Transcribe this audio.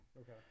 Okay